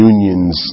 Unions